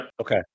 Okay